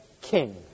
king